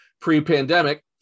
pre-pandemic